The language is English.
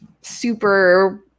super